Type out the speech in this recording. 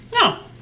No